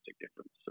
difference